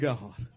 God